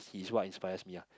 is what inspires me ah